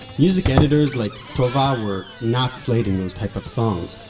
music editors like tova were not slating those types of songs.